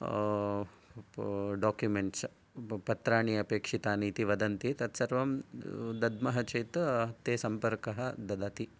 documents पत्राणि अपेक्षितानि इति वदन्ति तत्सर्वं दद्मः चेत् ते सम्पर्कः ददति